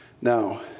Now